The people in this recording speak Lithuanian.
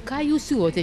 ką jūs siūlote